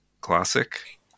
classic